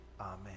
Amen